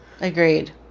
Agreed